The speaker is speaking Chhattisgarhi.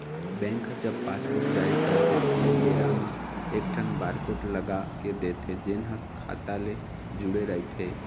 बेंक ह जब पासबूक जारी करथे तेन बेरा म एकठन बारकोड लगा के देथे जेन ह खाता ले जुड़े रहिथे